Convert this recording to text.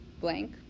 blank